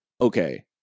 okay